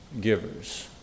givers